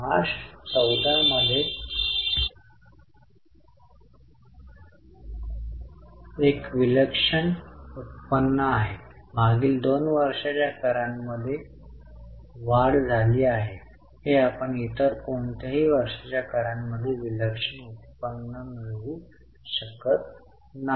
मार्च 14 मध्ये एक विलक्षण उत्पन्न आहे मागील 2 वर्षांच्या करांमध्ये वाढ झाली आहे हे आपण इतर कोणत्याही वर्षाच्या करांमध्ये विलक्षण उत्पन्न मिळवू शकत नाही